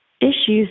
issues